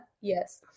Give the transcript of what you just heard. yes